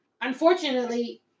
unfortunately